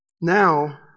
now